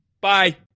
Bye